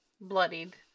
bloodied